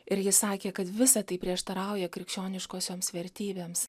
ir jis sakė kad visa tai prieštarauja krikščioniškosioms vertybėms